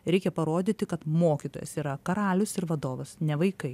reikia parodyti kad mokytojas yra karalius ir vadovas ne vaikai